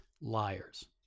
liars